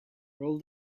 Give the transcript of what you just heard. roll